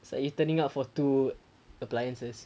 it's like you turning out for two appliances